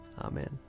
Amen